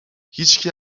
هیچکی